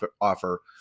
offer